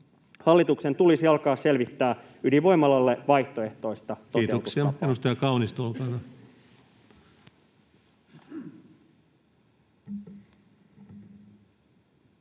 Hallituksen tulisi alkaa selvittää ydinvoimalalle vaihtoehtoista